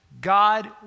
God